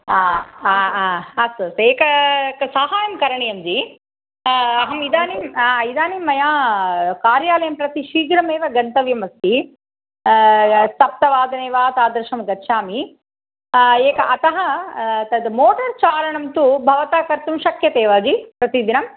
हा हा हा अस्तु एकं क साहाय्यं करणीयं जि अहम् इदानीं इदानीं मया कार्यालयं प्रति शीघ्रमेव गन्तव्यम् अस्ति सप्तवादने वा तादृशं गच्छामि एकम् अतः तद् मोटर् चालनं तु भवता कर्तुं शक्यते वा जि प्रतिदिनं